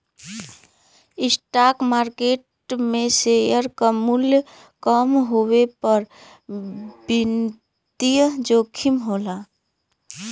stock market में share क मूल्य कम होये पर वित्तीय जोखिम होला